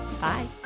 Bye